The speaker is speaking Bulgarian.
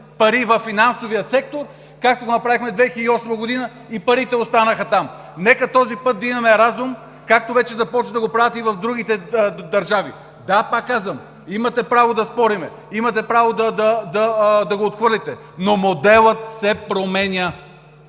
пари във финансовия сектор, както го направихме 2008 г. и парите останаха там! Нека този път да имаме разум, както вече започват да го правят и в другите държави! Да, повтарям, имате право да спорим, имате право да го отхвърлите, но моделът се променя!